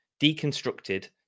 Deconstructed